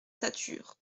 satur